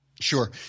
Sure